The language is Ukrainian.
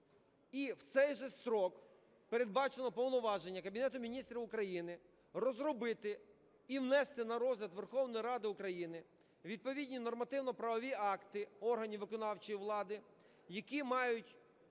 І в цей же строк передбачено повноваження Кабінету Міністрів України розробити і внести на розгляд Верховної Ради України відповідні нормативно-правові акти органів виконавчої влади, які мають